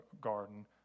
garden